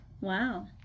Wow